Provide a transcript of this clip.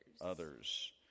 Others